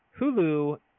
Hulu